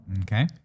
Okay